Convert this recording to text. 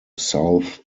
south